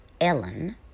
Ellen